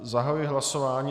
Zahajuji hlasování.